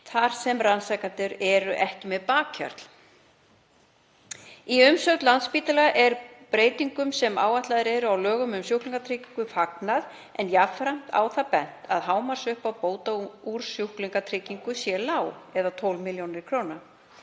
þar sem rannsakendur eru ekki með bakhjarl. Í umsögn Landspítala er breytingum sem áætlaðar eru á lögum um sjúklingatryggingu fagnað en jafnframt á það bent að hámarksuppæð bóta úr sjúklingatryggingu sé lág, eða 12 millj. kr.